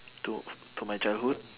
to to my childhood